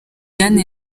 diane